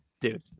Dude